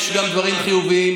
יש גם דברים חיוביים.